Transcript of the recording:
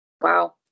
Wow